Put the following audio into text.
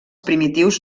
primitius